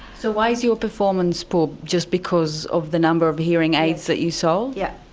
so why is your performance poor? just because of the number of hearing aids that you sold? yes.